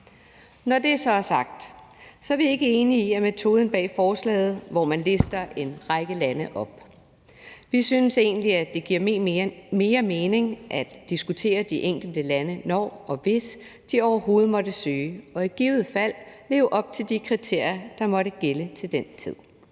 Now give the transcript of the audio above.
Når det så er sagt, er vi ikke enige i metoden bag forslaget, hvor man lister en række lande op. Vi synes egentlig, at det giver mere mening at diskutere de enkelte lande, når og hvis de overhovedet måtte søge og i givet fald leve op til de kriterier, der måtte gælde til den tid.